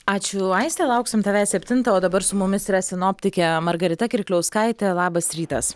ačiū aiste lauksim tavęs septintą o dabar su mumis yra sinoptikė margarita kirkliauskaitė labas rytas